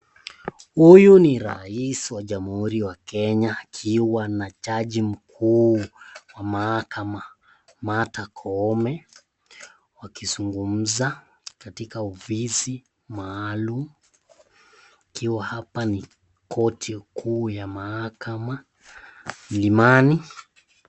Huyu ni rais wa Jamhuri ya Kenya akiwa na jaji mkuu wa mahakama, Martha Koome wakizungumza katika ofisi maalum. Akiwa hapa ni korti kuu ya mahakama mlimani.